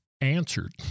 answered